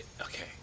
okay